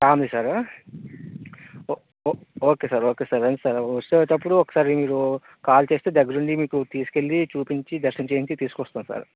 family sir oh oh okay sir okay sir రండి sir వచ్చేటపుడు ఒకసారి మీరు కాల్ చేస్తే దగ్గరుండి మీకు తీసుకెళ్లి చూపించి దర్శనం చేయించి తీసుకొస్తాం సార్